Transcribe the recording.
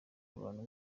abantu